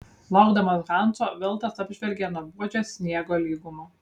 laukdamas hanso veltas apžvelgė nuobodžią sniego lygumą